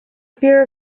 fear